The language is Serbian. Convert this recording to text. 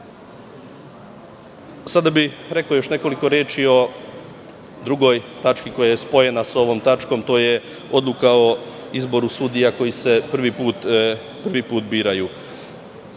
bih još nekoliko reči o drugoj tački, koja je spojena sa ovom tačkom, a to je Odluka o izboru sudija koji se prvi put biraju.